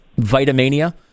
Vitamania